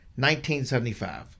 1975